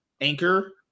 Anchor